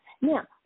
Now